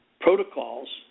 protocols